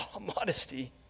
Modesty